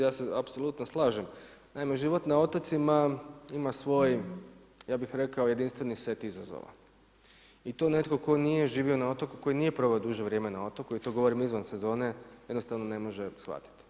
Ja se apsolutno slažem, naime život na otocima ima svoj, ja bih rekao, jedinstveni set izazova i to netko tko nije živio na otoku, tko nije proveo duže vrijeme na otoku i to govorim izvan sezone, jednostavno ne može shvatiti.